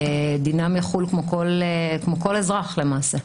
דינם יחול כמו כל אזרח למעשה.